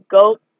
goat